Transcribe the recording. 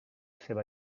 seva